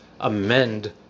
amend